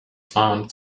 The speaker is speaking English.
found